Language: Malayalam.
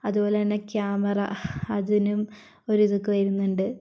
അതുപോലെ തന്നെ ക്യാമറ അതിനും ഒരു ഇതൊക്കെ വരുന്നുണ്ട്